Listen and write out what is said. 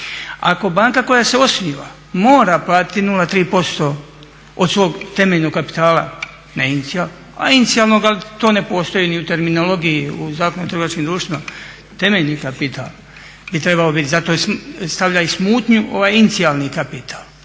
Ako banka koja se osniva mora platiti 0,3% od svog temeljnog kapitala …/Govornik se ne razumije./… ali to ne postoji ni u terminologiji, u Zakonu o trgovačkim društvima temeljni kapital bi trebao biti. Zato stavlja i smutnju ovaj inicijalni kapital.